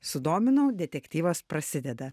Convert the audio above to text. sudominau detektyvas prasideda